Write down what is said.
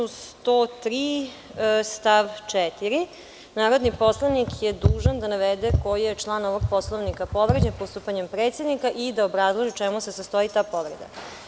Član 103. stav 4. Narodni poslanik je dužan da navede koji je član ovog Poslovnika povređen postupanjem predsednika i da obrazloži u čemu se sastoji ta povreda.